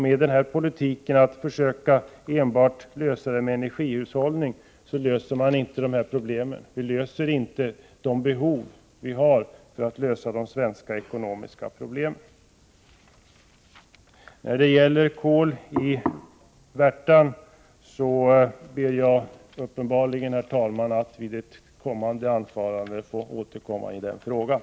Med politiken att försöka klara bortfallet av el vid en avveckling av kärnkraften med enbart energihushållning löser man inte Sveriges ekonomiska problem. När det gäller frågan om kol i Värtan ber jag att få återkomma i ett senare anförande.